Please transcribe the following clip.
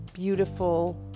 beautiful